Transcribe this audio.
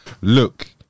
look